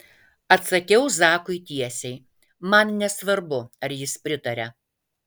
atsakiau zakui tiesiai man nesvarbu ar jis pritaria